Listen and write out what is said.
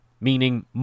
meaning